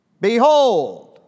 Behold